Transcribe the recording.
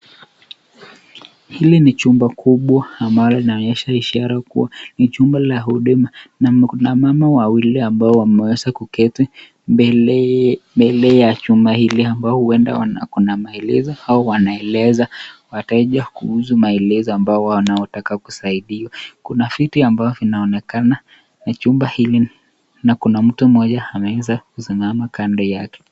Hili ni chumba kubwa ambalo linaonyesha ishara kua ni jumba la huduma.na mama wawili ambao wameweza kuketi mbele ya chumba hili ambao huenda wako na maelezo au wanaeleza wateja kuhusu njia wanayotaka kusaidiwa. Kuna vitu ambavyo vinaonekana na chumba hili inaonekana kuna mtu mmoja anaweza kusimama kando.